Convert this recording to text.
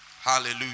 Hallelujah